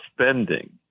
spending